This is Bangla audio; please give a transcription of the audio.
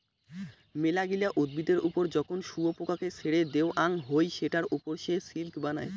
মেলাগিলা উদ্ভিদের ওপর যখন শুয়োপোকাকে ছেড়ে দেওয়াঙ হই সেটার ওপর সে সিল্ক বানায়